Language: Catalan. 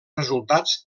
resultats